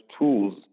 tools